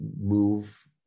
move